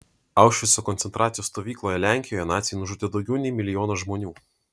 aušvico koncentracijos stovykloje lenkijoje naciai nužudė daugiau nei milijoną žmonių